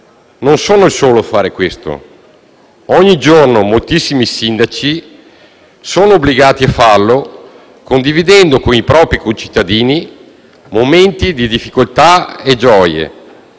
Non sono il solo a fare questo. Ogni giorno moltissimi sindaci sono obbligati a farlo, condividendo con i propri concittadini momenti di difficoltà e gioie.